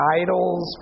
idols